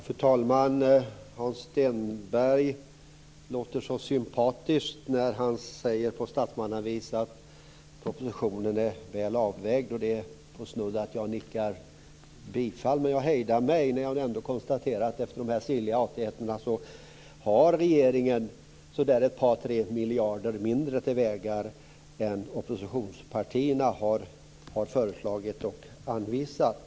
Fru talman! Hans Stenberg låter så sympatisk när han på statsmannavis säger att propositionen är väl avvägd. Det är på snudd att jag nickar bifall, men jag hejdar mig när jag efter de sirliga artigheterna ändå konstaterar att regeringen har ett par tre miljarder mindre till vägar än vad oppositionspartierna har föreslagit och anvisat.